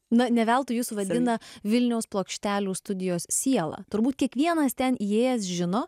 na ne veltui jus vadina vilniaus plokštelių studijos siela turbūt kiekvienas ten įėjęs žino